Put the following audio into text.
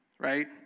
right